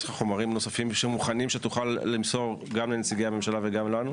יש לך חומרים נוספים שמוכנים ושתוכל למסור גם לנציגי הממשלה וגם לנו?